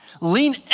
Lean